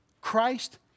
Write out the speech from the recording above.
Christ